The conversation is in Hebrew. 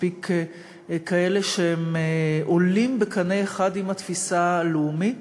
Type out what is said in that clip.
כאלה שעולים בקנה אחד עם התפיסה הלאומית,